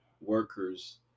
workers